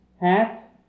hat